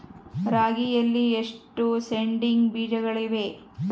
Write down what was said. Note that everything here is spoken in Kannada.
ರಾಗಿಯಲ್ಲಿ ಎಷ್ಟು ಸೇಡಿಂಗ್ ಬೇಜಗಳಿವೆ?